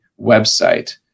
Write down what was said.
website